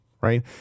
right